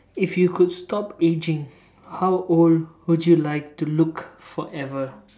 if you could stop aging how old would you like to look forever